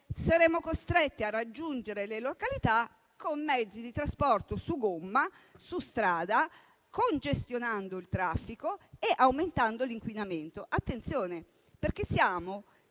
saremo costretti a raggiungere le località con mezzi di trasporto su gomma (quindi su strada), congestionando il traffico e aumentando l'inquinamento. Attenzione, perché siamo